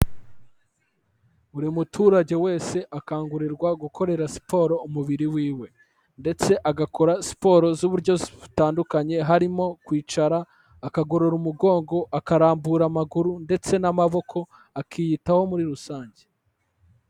Buri muturage wese akangurirwa gukorera siporo umubiri wiwe, ndetse agakora siporo z'uburyo butandukanye, harimo kwicara, akagorora umugongo, akarambura amaguru, ndetse n'amaboko akiyitaho muri rusange.